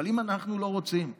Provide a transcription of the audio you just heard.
אבל אם אנחנו לא רוצים שהאירוע,